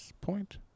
point